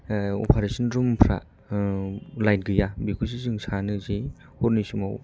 operation room फ्रा लाइथ गैया बेखौसो जों साननोसै हरनि समाव